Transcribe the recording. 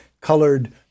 colored